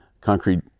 concrete